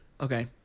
Okay